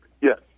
Yes